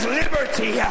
liberty